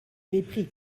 mépris